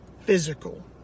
physical